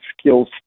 Skills